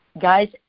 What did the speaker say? guys